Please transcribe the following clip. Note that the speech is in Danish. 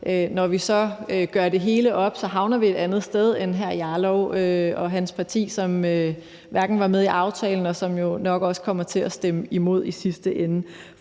Når vi så gør det hele op, havner vi et andet sted end hr. Rasmus Jarlov og hans parti, som ikke var med i aftalen, og som jo nok også kommer til at stemme imod i sidste ende.